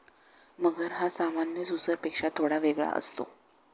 मगर हा सामान्य सुसरपेक्षा थोडा वेगळा असतो